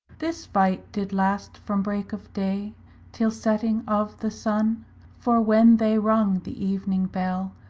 this fight did last from breake of day till setting of the sun for when they rung the evening bell,